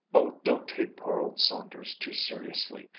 oh, don't take poor old saunders too seriously.